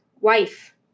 wife